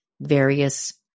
various